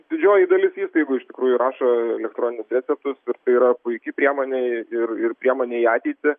didžioji dalis įstaigų iš tikrųjų rašo elektroninius receptus ir tai yra puiki priemonė ir ir priemonė į ateitį